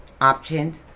Options